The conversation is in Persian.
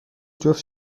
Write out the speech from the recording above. جفت